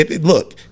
look